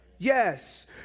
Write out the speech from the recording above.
Yes